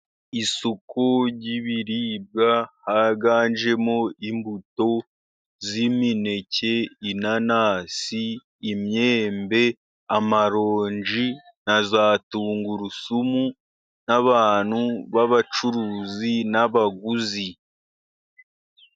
Isoko ry'ibiribwa, haganjemo imbuto z'imineke, inanasi, imyembe, amaronji, na za tungurusumu, n'abantu b'abacuruzi n'abaguzi.